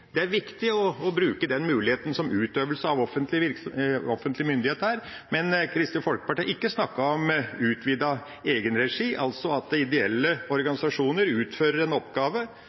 Det er viktig å bruke den muligheten som utøvelse av offentlig myndighet er, men Kristelig Folkeparti har ikke snakket om utvidet egenregi, altså at ideelle organisasjoner utfører en oppgave